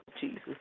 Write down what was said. Jesus